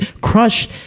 Crush